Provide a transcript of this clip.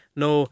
no